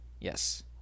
Yes